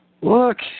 Look